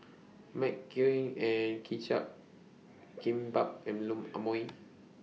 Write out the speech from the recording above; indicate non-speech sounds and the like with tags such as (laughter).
(unintelligible) Kimbap and Imoni